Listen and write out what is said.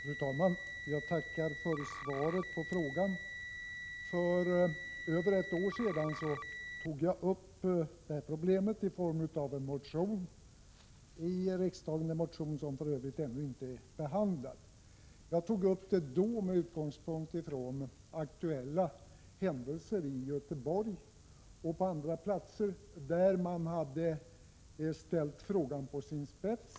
Fru talman! Jag tackar för svaret på frågan. För över ett år sedan tog jag upp detta problem i form av en motion i riksdagen — en motion som för övrigt ännu inte är behandlad. Jag tog upp problemet med utgångspunkt från då aktuella händelser i Göteborg och på andra platser där problemet hade ställts på sin spets.